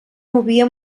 movia